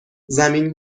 زمین